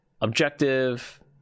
objective